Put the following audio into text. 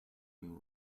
and